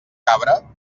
cabra